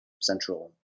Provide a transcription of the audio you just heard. central